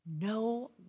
no